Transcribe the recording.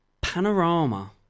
Panorama